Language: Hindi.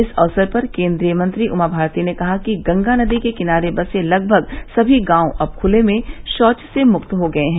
इस अक्सर पर केन्द्रीय मंत्री उमा भारती ने कहा कि गंगा नदी के किनारे बसे लगमग समी गांव अब खुले में शौच से मुक्त हो गए हैं